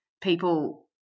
people